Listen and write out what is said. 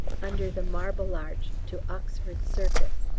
under the marble arch to oxford circus!